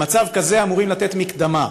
במצב כזה אמורים לתת מקדמה,